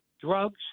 drugs